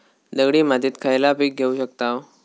दगडी मातीत खयला पीक घेव शकताव?